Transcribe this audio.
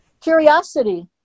Curiosity